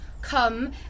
come